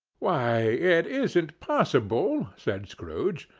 why, it isn't possible, said scrooge,